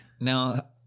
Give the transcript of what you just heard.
Now